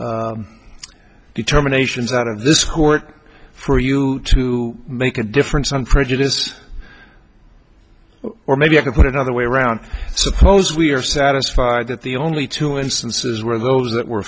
counsel determinations out of this court for you to make a difference on prejudice or maybe you can put it another way around suppose we are satisfied that the only two instances where those that were